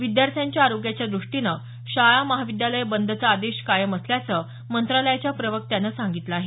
विद्यार्थ्यांच्या आरोग्याच्या दुष्टीनं शाळा महाविद्यालयं बंदचा आदेश कायम असल्याचं मंत्रालयाच्या प्रवक्त्यानं सांगितलं आहे